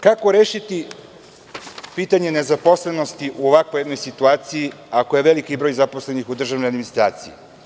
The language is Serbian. Kako rešiti pitanje nezaposlenosti u ovakvoj jednoj situaciji ako je veliki broj zaposlenih u državnoj administraciji?